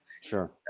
Sure